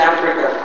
Africa